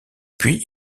puis